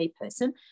person